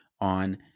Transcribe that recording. on